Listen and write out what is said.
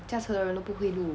驾车的人都不会路